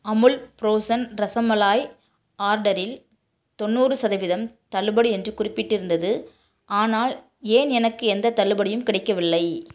Amul frozen rasmalai ஆர்டரில் தொண்ணூறு சதவீதம் தள்ளுபடி என்று குறிப்பிட்டிருந்தது ஆனால் ஏன் எனக்கு எந்தத் தள்ளுபடியும் கிடைக்கவில்லை